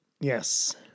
yes